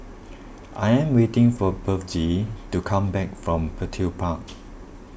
I am waiting for Bethzy to come back from Petir Park